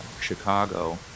chicago